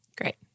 Great